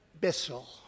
Bissell